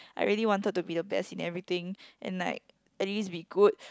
I really wanted to be the best in everything and like at least be good